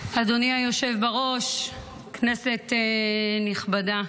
היושב-ראש, כנסת נכבדה,